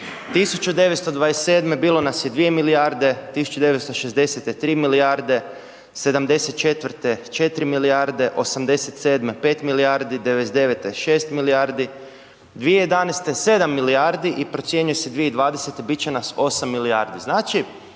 1927. bilo nas je 2 milijarde, 1960. 3 milijarde, '74. 4 milijarde, '87. 5 milijardi, '99. 6 milijardi, 2011. 7 milijardi i procjenjuje 2020. biti će nas 8 milijardi.